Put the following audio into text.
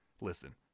listen